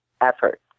effort